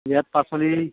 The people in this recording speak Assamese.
বিয়াত পাচলি